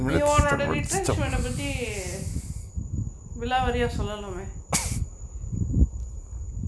நீ ஒன்னோட:nee onnoda retrenchment ah பத்தி விளாவரியா சொல்லலாமே:pathi vilaavariya sollalamae